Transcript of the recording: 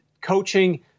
coaching